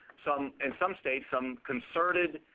some and some states, some concerted,